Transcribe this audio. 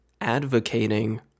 advocating